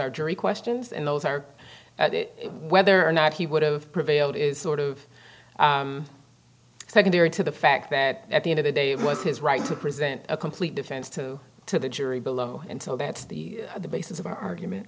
are jury questions and those are whether or not he would have prevailed is sort of secondary to the fact that at the end of the day it was his right to present a complete defense to to the jury below and so that's the basis of our argument